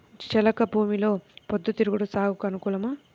చెలక భూమిలో పొద్దు తిరుగుడు సాగుకు అనుకూలమా?